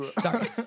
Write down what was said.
Sorry